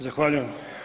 Zahvaljujem.